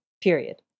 Period